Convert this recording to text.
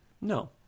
No